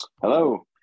Hello